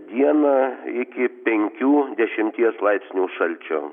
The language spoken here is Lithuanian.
dieną iki penkių dešimties laipsnių šalčio